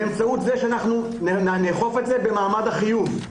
באמצעות זה שאנחנו נאכוף את זה במעמד החיוב.